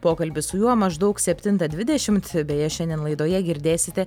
pokalbis su juo maždaug septintą dvidešimt beje šiandien laidoje girdėsite